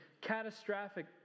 catastrophic